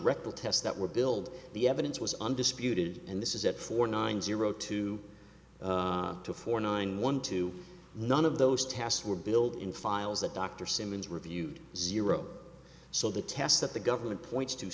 rectal tests that were build the evidence was undisputed and this is it for nine zero two two four nine one two none of those tasks were build in files that dr simmons reviewed zero so the tests that the government points to